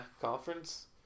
conference